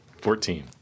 Fourteen